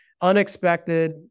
Unexpected